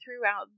throughout